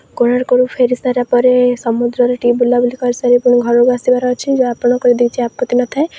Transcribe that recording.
କୋଣାର୍କରୁ ଫେରି ସାରିଲାପରେ ସମୁଦ୍ରରେ ଟିକିଏ ବୁଲାବୁଲି କରିସାରି ପୁଣି ଘରକୁ ଅସିବାର ଅଛି ଯଦି ଆପଣଙ୍କର କିଛି ଅପତ୍ତି ନଥାଏ